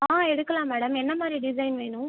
ஆ எடுக்கலாம் மேடம் என்ன மாதிரி டிசைன் வேணும்